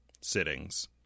sittings